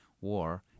war